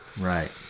Right